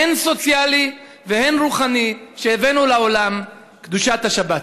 הן סוציאלי והן רוחני, הבאנו לעולם, קדושת השבת.